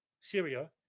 Syria